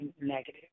negative